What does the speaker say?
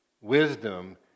Wisdom